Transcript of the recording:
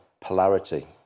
polarity